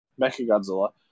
Mechagodzilla